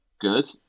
good